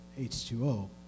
H2O